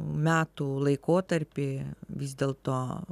metų laikotarpį vis dėlto